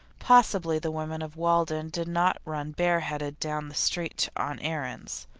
possibly the women of walden did not run bareheaded down the street on errands.